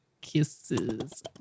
kisses